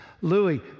Louis